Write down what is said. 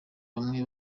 bamwe